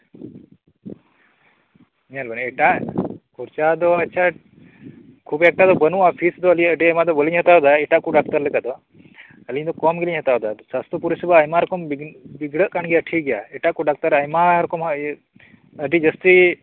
ᱧᱮᱞᱵᱮᱱ ᱮᱴᱟᱜ ᱠᱷᱚᱨᱪᱟ ᱫᱚ ᱟᱪᱪᱷᱟ ᱠᱷᱩᱵᱽ ᱮᱠᱴᱟ ᱵᱟᱱᱩᱜᱼᱟ ᱟᱞᱤᱧᱟᱜ ᱯᱷᱤᱡᱽ ᱫᱚ ᱟᱹᱰᱤ ᱟᱭᱢᱟ ᱫᱚ ᱵᱟᱞᱤᱧ ᱦᱟᱛᱟᱣ ᱫᱟ ᱮᱴᱟᱜ ᱠᱚ ᱰᱟᱠᱛᱟᱨ ᱞᱮᱠᱟ ᱫᱚ ᱟᱞᱤᱧ ᱫᱚ ᱠᱚᱢ ᱜᱮᱞᱤᱧ ᱦᱟᱛᱟᱣ ᱮᱫᱟ ᱥᱟᱥᱛᱷᱚ ᱯᱚᱨᱤᱥᱮᱵᱟ ᱟᱭᱢᱟ ᱨᱚᱠᱚᱢ ᱵᱤᱜᱽᱲᱟᱹᱜ ᱠᱟᱱ ᱜᱮᱭᱟ ᱴᱷᱤᱠ ᱜᱮᱭᱟ ᱢᱮᱱᱟᱜ ᱠᱚᱣᱟ ᱰᱟᱠᱛᱟᱨ ᱟᱹᱰᱤ ᱡᱟᱥᱛᱤ